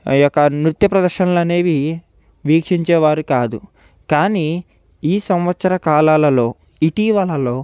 ఆ యొక్క నృత్య ప్రదర్శనలు అనేవి వీక్షించేవారు కాదు కానీ ఈ సంవత్సర కాలాలలో ఇటీవలలో